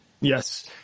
Yes